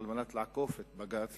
על מנת לעקוף את בג"ץ,